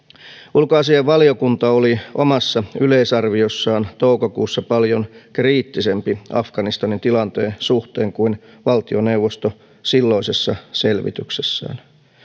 ulkoasiainvaliokunta oli omassa yleisarviossaan toukokuussa paljon kriittisempi afganistanin tilanteen suhteen kuin valtioneuvosto silloisessa selvityksessään